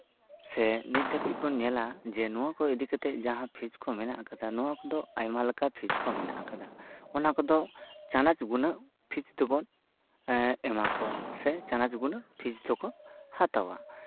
ᱥᱮ ᱱᱤᱛ ᱫᱷᱟᱹᱵᱤᱡ ᱵᱚᱱ ᱧᱮᱞᱟ ᱡᱮ ᱱᱚᱣᱟᱠᱚ ᱤᱫᱤ ᱠᱟᱛᱮᱜ ᱡᱟᱦᱟᱸ ᱯᱷᱤᱥ ᱠᱚ ᱢᱮᱱᱟᱜ ᱠᱟᱫᱟ ᱚᱱᱟ ᱠᱚᱫᱚ ᱟᱭᱢᱟ ᱞᱮᱠᱟ ᱯᱷᱤᱥ ᱠᱚ ᱢᱮᱱᱟᱜ ᱠᱟᱫᱟ ᱚᱱᱟ ᱠᱚᱫᱚ ᱪᱟᱱᱟᱪ ᱜᱩᱱᱟᱹᱣ ᱯᱷᱤᱥ ᱫᱚᱵᱚᱱ ᱮᱢᱟ ᱠᱚᱣᱟ ᱥᱮ ᱪᱟᱱᱟᱪ ᱜᱩᱱᱟᱹᱣ ᱯᱷᱤᱥ ᱫᱚᱠᱚ ᱦᱟᱛᱟᱣᱟ